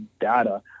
data